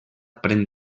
pren